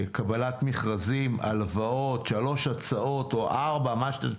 קבלת מכרזים, הלוואות, שלוש הצעות או ארבע.